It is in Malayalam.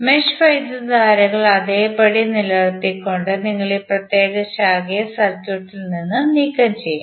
മെഷ് വൈദ്യുതധാരകൾ അതേപടി നിലനിർത്തിക്കൊണ്ട് നിങ്ങൾ ഈ പ്രത്യേക ശാഖയെ സർക്യൂട്ടിൽ നിന്ന് നീക്കംചെയ്യും